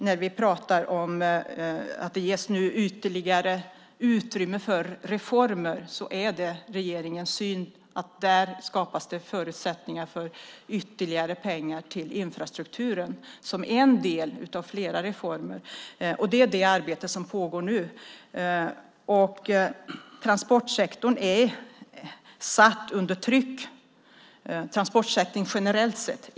När vi pratar om att det ges ytterligare utrymme för reformer är det regeringens syn att där skapas det förutsättningar för ytterligare pengar till infrastrukturen som en del av flera reformer. Det är det arbete som pågår nu. Transportsektorn generellt är satt under tryck.